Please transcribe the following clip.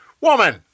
Woman